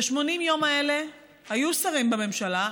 ב-80 הימים האלה היו שרים בממשלה,